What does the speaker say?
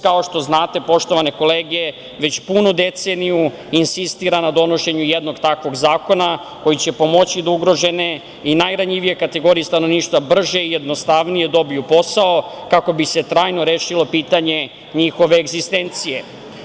Kao što znate, PUPS, poštovane kolege već punu deceniju insistira na donošenju jednog takvog zakona koji će pomoći da ugrožene i najranjivije kategorije stanovništva brže i jednostavnije dobiju posao, kako bi se trajno rešilo pitanje njihove egzistencije.